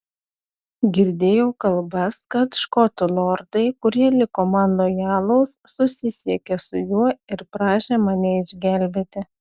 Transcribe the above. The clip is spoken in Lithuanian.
girdėjau kalbas kad škotų lordai kurie liko man lojalūs susisiekė su juo ir prašė mane išgelbėti